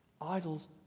Idols